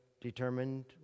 determined